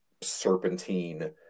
serpentine